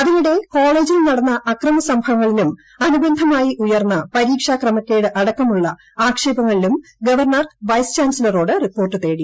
അതിനിടെ കോളേജിൽ നടന്ന അക്രമസംഭവങ്ങളിലും അനുബന്ധമായി ഉയർന്ന പരീക്ഷാ ക്രമക്കേട് അടക്കമുള്ള ആക്ഷേപങ്ങളിലും ഗവർണർ വൈസ് ചാൻസിലറോട് റിപ്പോർട്ട് തേടി